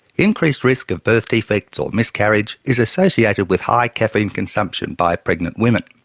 increased risk of birth defects or miscarriage is associated with high caffeine consumption by pregnant women.